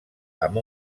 amb